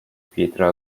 pietra